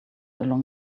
along